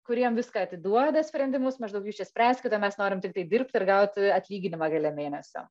kuriem viską atiduoda sprendimus maždaug jūs čia spręskit o mes norim tiktai dirbt ir gaut atlyginimą gale mėnesio